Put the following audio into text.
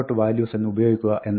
values എന്ന് ഉപയോഗിക്കുക എന്നാണ്